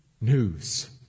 news